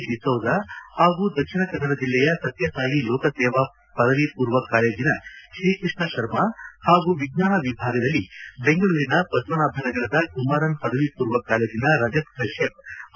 ಡಿಸೋಜಾ ಹಾಗೂ ದಕ್ಷಿಣ ಕನ್ನಡ ಜಿಲ್ಲೆಯ ಸತ್ಯಸಾಯಿ ಲೋಕಸೇವಾ ಪದವಿ ಪೂರ್ವ ಕಾಲೇಜಿನ ಶ್ರೀಕೃಷ್ಣ ಶರ್ಮಾ ಪಾಗೂ ವಿಜ್ಞಾನ ವಿಭಾಗದಲ್ಲಿ ಬೆಂಗಳೂರಿನ ಪದ್ಮನಾಭನಗರದ ಕುಮಾರನ್ ಪದವಿ ಪೂರ್ವ ಕಾಲೇಜಿನ ರಜತ್ ಕಶ್ಯಪ್ ಅತ್ಯುತ್ತಮ ಸಾಧನೆ ಮಾಡಿದ್ದಾರೆ